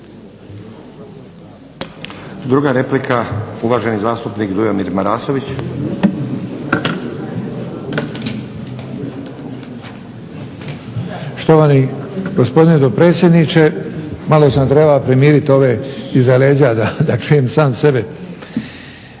Druga replika uvaženi zastupnik Dujomir Marasović. **Marasović, Dujomir (HDZ)** Štovani gospodine dopredsjedniče, malo sam trebao primiriti ove iza leđa da čujem sam sebe.